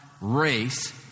race